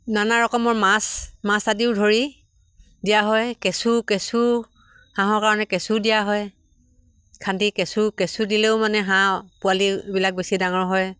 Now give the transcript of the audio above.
নানা ৰকমৰ মাছ মাছ আদিও ধৰি দিয়া হয় কেঁচু কেঁচু হাঁহৰ কাৰণে কেঁচু দিয়া হয় খান্দি কেঁচু কেঁচু দিলেও মানে হাঁহ পোৱালিবিলাক বেছি ডাঙৰ হয়